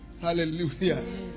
Hallelujah